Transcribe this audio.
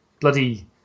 bloody